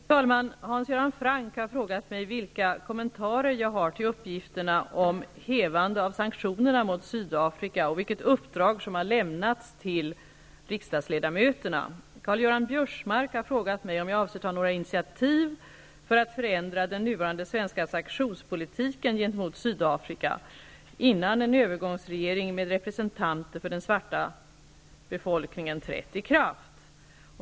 Fru talman! Hans Göran Franck har frågat mig vilka kommentarer jag har till uppgifterna om hävande av sanktionerna mot Sydafrika och vilket uppdrag som har lämnats till riksdagsledamöterna. Karl-Göran Biörsmark har frågat mig om jag avser att ta några initiativ för att förändra den nuvarnde svenska sanktionspolitiken gentemot Sydafrika innan en övergångsregering med representanter för den svarta befolkningen trätt till.